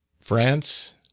FRANCE